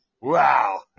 Wow